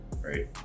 right